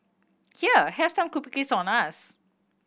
here have some cookies on us